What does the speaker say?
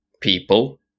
people